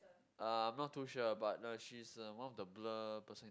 uh I'm not too sure but the she is the one of the blur person